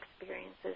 experiences